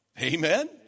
Amen